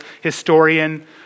historian